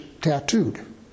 tattooed